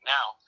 Now